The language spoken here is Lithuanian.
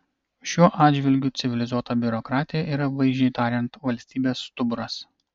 šiuo atžvilgiu civilizuota biurokratija yra vaizdžiai tariant valstybės stuburas